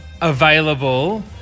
available